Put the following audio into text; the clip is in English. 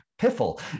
piffle